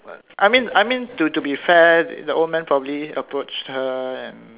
I mean I mean to to be fair the old man probably approached her and